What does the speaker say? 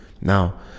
Now